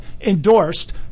endorsed